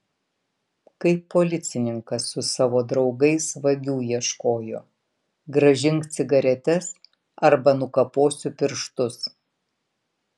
kaip policininkas su savo draugais vagių ieškojo grąžink cigaretes arba nukaposiu pirštus